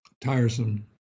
tiresome